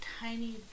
tiny